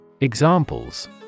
Examples